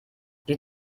die